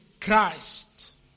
Christ